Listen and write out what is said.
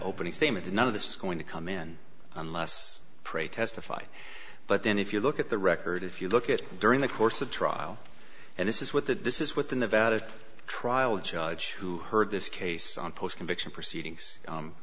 opening statement none of this is going to come in unless pray testify but then if you look at the record if you look at it during the course of trial and this is what the this is what the nevada trial judge who heard this case on post conviction proceedings